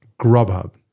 Grubhub